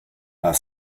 are